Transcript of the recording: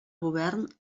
govern